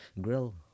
Grill